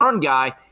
guy